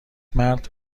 مرد